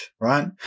right